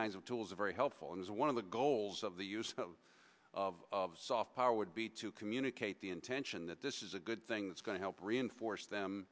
kinds of tools are very helpful and one of the goals of the use of soft power would be to communicate the intention that this is a good thing that's going to help reinforce them